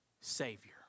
Savior